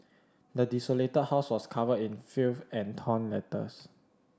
the desolated house was covered in filth and torn letters